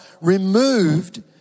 removed